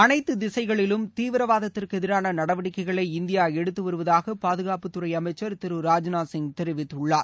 அனைத்து திசைகளிலும் தீவிரவாதத்திற்கு எதிரான நடவடிக்கைகளை இந்தியா எடுத்து வருவதாக பாதுகாப்புத்துறை அமைச்சர் திரு ராஜ்நாத்சிங் தெரிவித்துள்ளார்